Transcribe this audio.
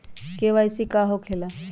KYC का हो के ला?